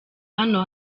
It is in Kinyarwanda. hano